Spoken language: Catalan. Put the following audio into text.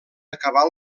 acabar